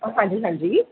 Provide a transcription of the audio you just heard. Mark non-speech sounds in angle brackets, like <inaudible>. <unintelligible> ਹਾਂਜੀ